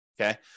Okay